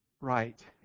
right